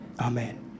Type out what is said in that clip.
Amen